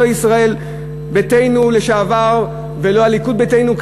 לא ישראל ביתנו לשעבר ולא הליכוד ביתנו,